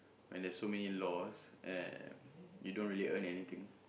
when there's so many laws and you don't really earn anything